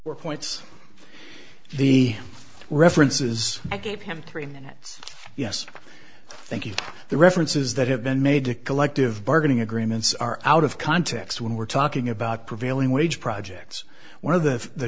were points the references i gave him three minutes yes thank you the references that have been made to collective bargaining agreements are out of context when we're talking about prevailing wage projects one of the